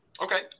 Okay